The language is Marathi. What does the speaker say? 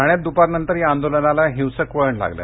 ठाण्यात दुपारनंतर या आंदोलनाला हिंसक वळण लागलं